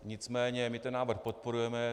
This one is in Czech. Nicméně my ten návrh podporujeme.